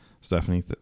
Stephanie